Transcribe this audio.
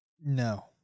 No